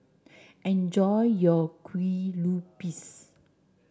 enjoy your Kue Lupis